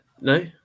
No